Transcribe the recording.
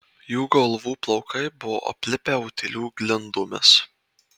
jų galvų plaukai buvo aplipę utėlių glindomis